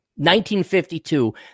1952